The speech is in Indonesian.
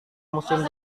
musim